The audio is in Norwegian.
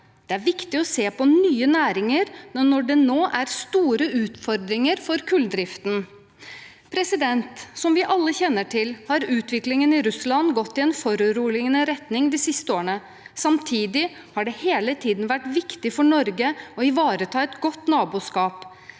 Det er viktig å se på nye næringer når det nå er store utfordringer for kulldriften. Som vi alle kjenner til, har utviklingen i Russland gått i en foruroligende retning de siste årene. Samtidig har det hele tiden vært viktig for Norge å ivareta et godt naboskap.